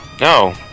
No